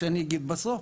אני אגיד בסוף,